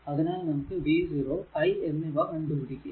അതിനാൽ നമുക്ക് v0 i എന്നിവ കണ്ടുപിടിക്കുക